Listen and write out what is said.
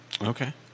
Okay